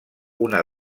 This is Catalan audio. una